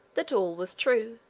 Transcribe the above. that all was true,